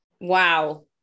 wow